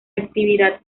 actividad